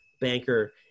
banker